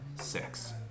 six